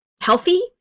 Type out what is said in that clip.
healthy